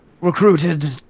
recruited